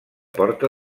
porta